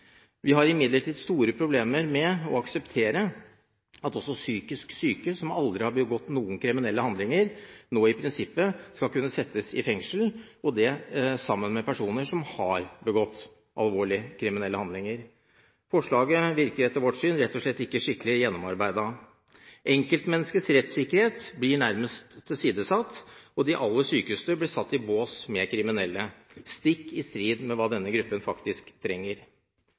Vi har imidlertid store problemer med å akseptere at også psykisk syke som aldri har begått noen kriminelle handlinger, nå i prinsippet skal kunne settes i fengsel, og det sammen med personer som har begått alvorlige kriminelle handlinger. Forslaget virker etter vårt syn rett og slett ikke skikkelig gjennomarbeidet. Enkeltmenneskets rettssikkerhet blir nærmest tilsidesatt, og de aller sykeste blir satt i bås med kriminelle – stikk i strid med hva denne gruppen trenger.